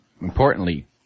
importantly